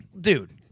Dude